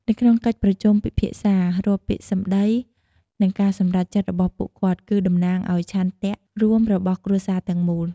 នៅក្នុងកិច្ចប្រជុំពិភាក្សា រាល់ពាក្យសម្ដី និងការសម្រេចចិត្តរបស់ពួកគាត់ គឺតំណាងឱ្យឆន្ទៈរួមរបស់គ្រួសារទាំងមូល។